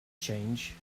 change